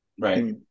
Right